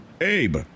Abe